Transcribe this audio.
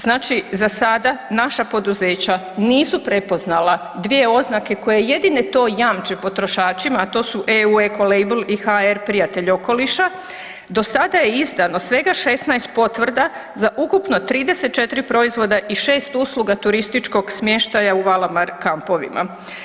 Znači za sada naša poduzeća nisu prepoznala dvije oznake koje jedine to jamče potrošačima, a to su EU Ecolabel i HR Prijatelj okoliša, do sada je izdano svega 16 potvrda za ukupno 34 proizvoda i 6 usluga turističkog smještaja u Valamar kampovima.